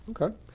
Okay